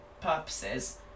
purposes